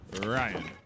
Ryan